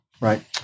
right